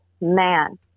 man